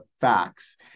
facts